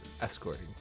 escorting